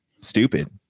stupid